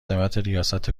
ریاست